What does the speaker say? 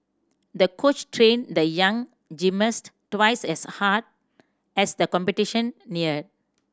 the coach trained the young gymnast twice as hard as the competition neared